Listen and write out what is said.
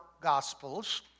gospels